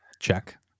check